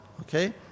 Okay